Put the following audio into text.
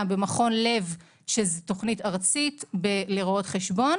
במכון לב שזאת תוכנית ארצית לרואי חשבון